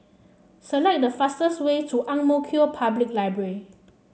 select the fastest way to Ang Mo Kio Public Library